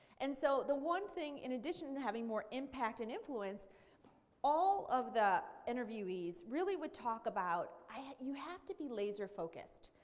and so the one thing in addition to having more impact and influence all of the interviewees really would talk about you have to be laser focused.